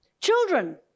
Children